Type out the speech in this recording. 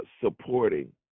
supporting